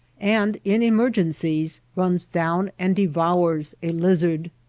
and in emer gencies runs down and devours a lizard.